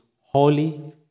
holy